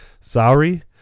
sorry